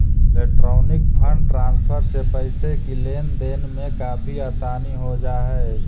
electronic fund transfer से पैसे की लेन देन में काफी आसानी हो जा हई